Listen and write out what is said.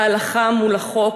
ההלכה מול החוק,